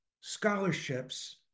scholarships